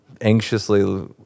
anxiously